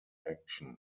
action